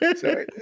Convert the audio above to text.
sorry